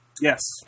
Yes